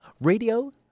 radio